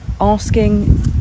asking